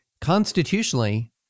Constitutionally